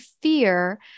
fear